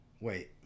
Wait